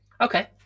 Okay